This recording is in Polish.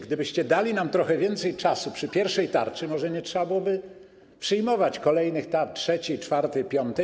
Gdybyście dali nam trochę więcej czasu przy pierwszej tarczy, może nie trzeba by było przyjmować kolejnych tarcz: trzeciej, czwartej, piątej.